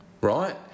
right